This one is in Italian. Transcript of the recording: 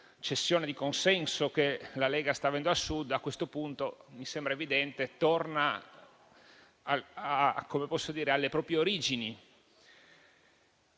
cessione di consenso che la Lega sta avendo al Sud; a questo punto mi sembra evidente che essa torna alle proprie origini.